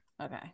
Okay